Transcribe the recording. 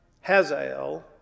Hazael